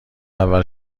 اول